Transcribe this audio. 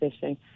fishing